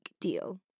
deal